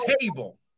table